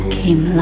came